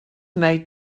made